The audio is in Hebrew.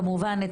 כמובן,